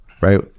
right